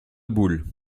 boules